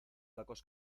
tacos